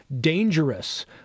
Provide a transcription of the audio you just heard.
dangerous